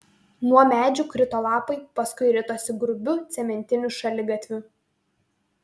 nuo medžių krito lapai paskui ritosi grubiu cementiniu šaligatviu